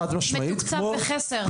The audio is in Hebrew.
מתוקצב בחסר.